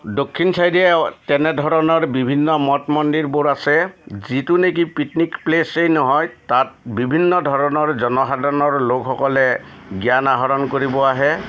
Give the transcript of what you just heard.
দক্ষিণ ছাইদেও তেনেধৰণৰ বিভিন্ন মঠ মন্দিৰবোৰ আছে যিটো নেকি পিটনিক প্লেচেই নহয় তাত বিভিন্ন ধৰণৰ জনসাধাৰণৰ লোকসকলে জ্ঞান আহৰণ কৰিব আহে